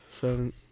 Seven